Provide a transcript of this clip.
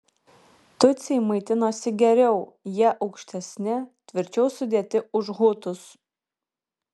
tutsiai maitinosi geriau jie aukštesni tvirčiau sudėti už hutus